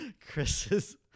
chris's